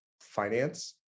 finance